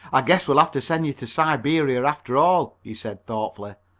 i guess we'll have to send you to siberia after all, he said thoughtfully,